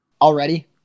Already